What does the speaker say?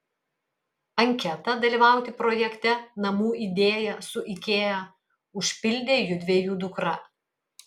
anketą dalyvauti projekte namų idėja su ikea užpildė judviejų dukra